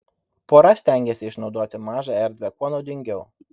pora stengėsi išnaudoti mažą erdvę kuo naudingiau